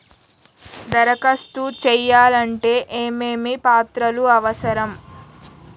దరఖాస్తు చేయాలంటే ఏమేమి పత్రాలు అవసరం?